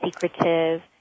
secretive